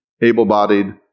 able-bodied